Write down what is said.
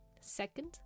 Second